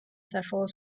საშუალო